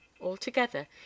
Altogether